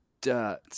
dirt